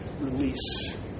Release